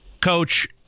Coach